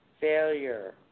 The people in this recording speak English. failure